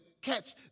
catch